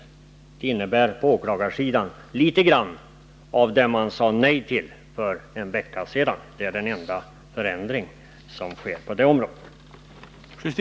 Däremot innebär det en del av det vi föreslog för en vecka sedan och som man då sade nej till — det är den enda förändring som sker på det området.